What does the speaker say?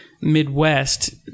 Midwest